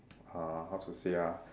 uh how to say ah